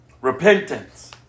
Repentance